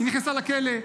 היא נכנסה לכלא.